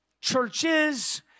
churches